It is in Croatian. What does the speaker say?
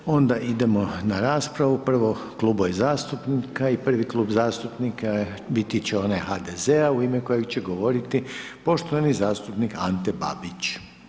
Ne, onda idemo na raspravu, prvo klubovi zastupnika i prvi Klub zastupnika biti će onaj HDZ-a u ime kojeg će govoriti poštovani zastupnik Ante Babić.